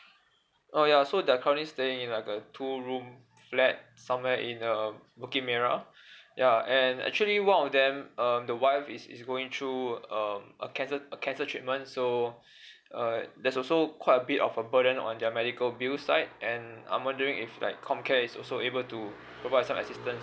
oh ya so they are currently staying in like a two room flat somewhere in uh bukit merah ya and actually one of them um the wife is is going through um a cancer a cancer treatment so uh that's also quite a bit of a burden on their medical bill side and I'm wondering if like comcare is also able to provide some assistance